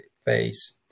face